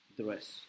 dress